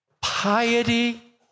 piety